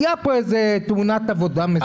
הייתה פה איזו תאונת עבודה מסוימת.